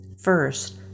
First